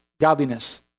godliness